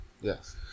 Yes